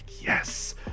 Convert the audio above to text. Yes